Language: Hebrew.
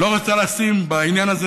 לא רוצה לשים בעניין הזה,